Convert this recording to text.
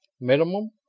Minimum